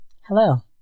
Hello